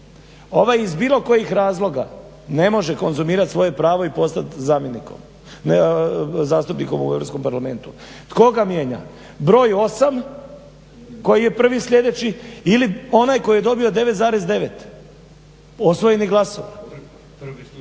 ovaj iz bilo kojih razloga ne može konzumirati svoje pravo i postat zamjenikom, zastupnikom u Europskom parlamentu. Tko ga mijenja? Broj 8 koji je prvi sljedeći ili onaj koji je dobio 9,9 osvojenih glasova,